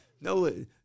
no